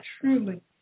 Truly